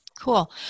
cool